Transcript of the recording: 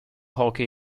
hockey